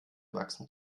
wachsen